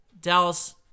Dallas